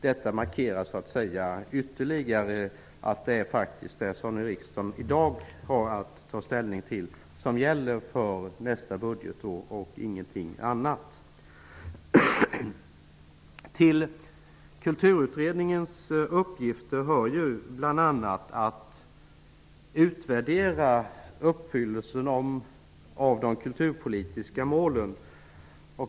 Detta markerar ytterligare att det som riksdagen i dag har att ta ställning till gäller för nästa budgetår, ingenting annat. Till Kulturutredningens uppgifter hör bl.a. att utvärdera uppfyllelsen av de kulturpolitiska målen.